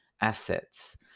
assets